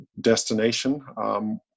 destination